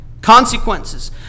consequences